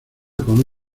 con